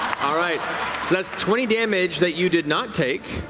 all right, so that's twenty damage that you did not take.